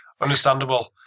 understandable